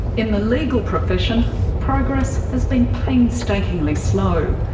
in the legal profession, progress has been painstakingly slow.